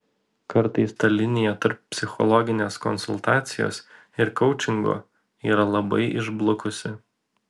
kartais ta linija tarp psichologinės konsultacijos ir koučingo yra labai išblukusi